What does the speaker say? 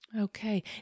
Okay